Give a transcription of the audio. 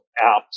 apps